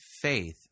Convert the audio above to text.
faith